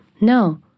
No